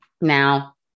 Now